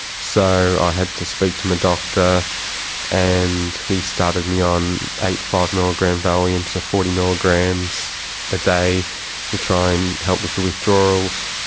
so i had to speak to my doctor and he started me on eight five milligram valium, so forty milligrams a day to try and help with the withdrawals.